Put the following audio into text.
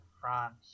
France